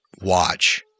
watch